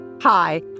Hi